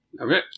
okay